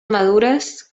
madures